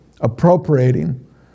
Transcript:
Appropriating